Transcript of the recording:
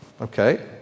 Okay